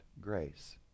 grace